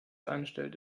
anstellt